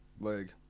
Leg